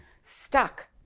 stuck